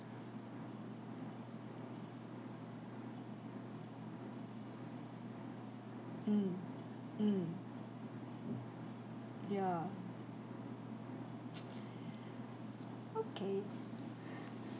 mm mm ya okay